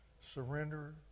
surrender